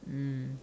mm